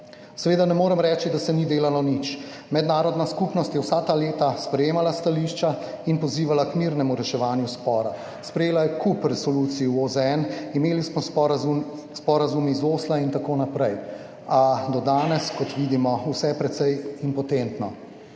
Seveda ne morem reči, da se ni delalo nič. Mednarodna skupnost je vsa ta leta sprejemala stališča in pozivala k mirnemu reševanju spora. Sprejela je kup resolucij v OZN, imeli smo sporazum, sporazum iz Osla, in tako naprej, a do danes, kot vidimo, vse precej impotentno.